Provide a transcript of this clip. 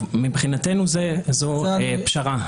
מבחינתנו זו פשרה.